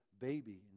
baby